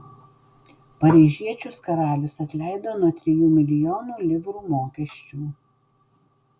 paryžiečius karalius atleido nuo trijų milijonų livrų mokesčių